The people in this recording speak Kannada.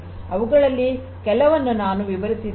ಅವುಗಳಲ್ಲಿ ಕೆಲವನ್ನು ನಾನು ವಿವರಿಸಿದ್ದೇನೆ